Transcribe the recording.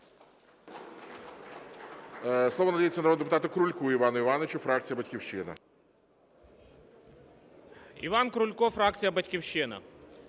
Слово надається народному депутату Крульку Івану Івановичу, фракція "Батьківщина".